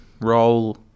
roll